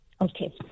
Okay